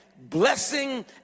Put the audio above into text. blessing